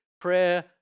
prayer